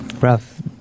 Rough